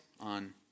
on